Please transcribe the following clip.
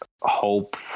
hope